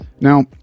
Now